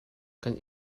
kan